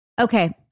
Okay